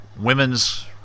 women's